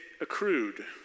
accrued